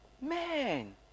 man